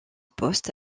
poste